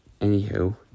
Anywho